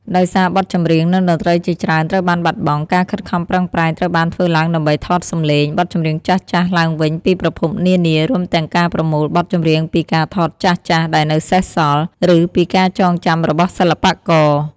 ដោយសារបទចម្រៀង និងតន្ត្រីជាច្រើនត្រូវបានបាត់បង់ ការខិតខំប្រឹងប្រែងត្រូវបានធ្វើឡើងដើម្បី ថតសំឡេង បទចម្រៀងចាស់ៗឡើងវិញពីប្រភពនានា រួមទាំងការប្រមូលបទចម្រៀងពីការថតចាស់ៗដែលនៅសេសសល់ ឬពីការចងចាំរបស់សិល្បករ។